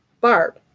Barb